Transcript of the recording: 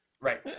Right